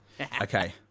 okay